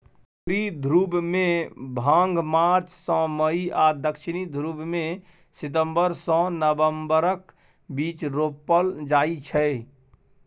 उत्तरी ध्रुबमे भांग मार्च सँ मई आ दक्षिणी ध्रुबमे सितंबर सँ नबंबरक बीच रोपल जाइ छै